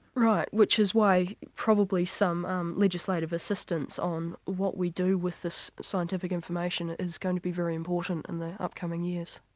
right. which is why probably some um legislative assistance on what we do with this scientific information is going to be very important in the upcoming years.